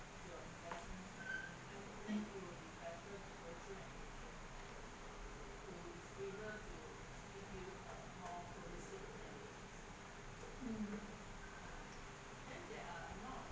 mm mm